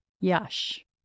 Yash